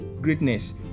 greatness